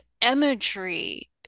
imagery